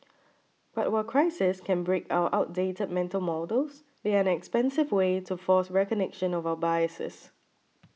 but while crises can break our outdated mental models they are an expensive way to force recognition of our biases